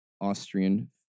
Austrian